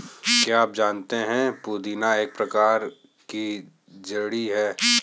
क्या आप जानते है पुदीना एक प्रकार की जड़ी है